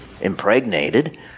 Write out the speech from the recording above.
impregnated